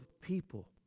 people